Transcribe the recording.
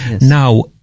Now